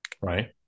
Right